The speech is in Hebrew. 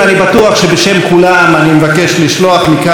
אני בטוח שבשם כולם אני מבקש לשלוח מכאן